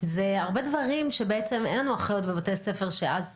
זה הרבה דברים שבעצם אין לנו אחיות בבתי הספר שאז